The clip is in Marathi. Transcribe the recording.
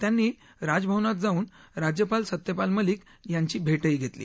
त्यांनी राजभवनात जाऊन राज्यपाल सत्यपाल मलिक यांची भेटही घेतली